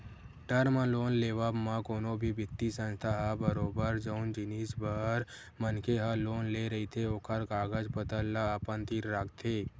term loan लेवब म कोनो भी बित्तीय संस्था ह बरोबर जउन जिनिस बर मनखे ह लोन ले रहिथे ओखर कागज पतर ल अपन तीर राखथे